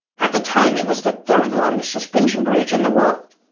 at the time, it was the third-longest suspension bridge in the world.